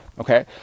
Okay